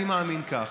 אני מאמין כך.